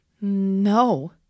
no